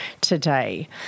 today